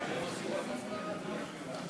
חברים, היושב-ראש נואם.